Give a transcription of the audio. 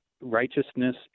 righteousness